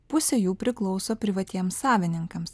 pusė jų priklauso privatiems savininkams